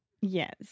Yes